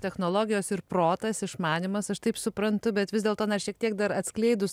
technologijos ir protas išmanymas aš taip suprantu bet vis dėlto na ir šiek tiek dar atskleidus